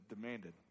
demanded